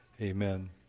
amen